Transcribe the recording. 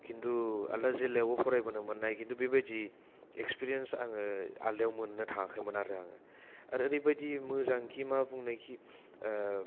खिन्थु आलदा जिल्लायावबो फरायबोनो मोननाय खिनथु बेबादि इक्सफेरियेनसा आङो आलदायाव मोननो थाङाखैमोन आरो ओरैबादि मोजांखि मा बुंनोखि